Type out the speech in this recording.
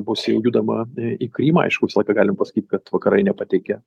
bus jau judama į krymą aišku visą laiką galim pasakyt kad vakarai nepatikė